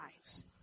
lives